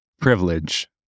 privilege